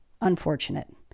unfortunate